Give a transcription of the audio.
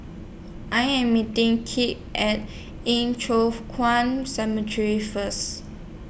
I Am meeting Kit At Yin Kuan Cemetery First